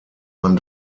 man